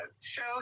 show